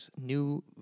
new